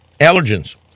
Allergens